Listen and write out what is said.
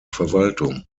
verwaltung